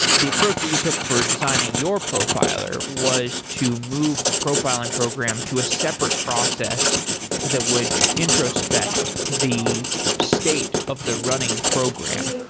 the approach you took for designing your profiler was to move the profiling program to a separate process that would introspect the state of the running program.